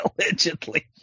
Allegedly